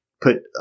put